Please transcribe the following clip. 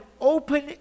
open